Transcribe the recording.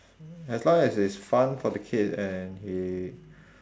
as long as it's fun for the kid and he